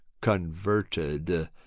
converted